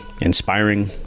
inspiring